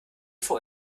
vor